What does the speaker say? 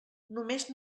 només